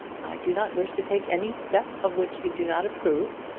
do not wish to take any step of which you do not approve.